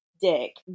dick